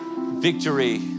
victory